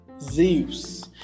zeus